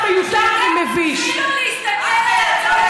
תביאי אצבעות.